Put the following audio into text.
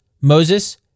Moses